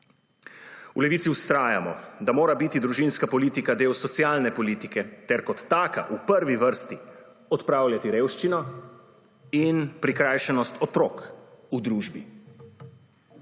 V Levici vztrajamo, da mora biti družinska politika del socialne politike ter kot taka v prvi vrsti odpravljati revščino in prikrajšanost otrok v družbi.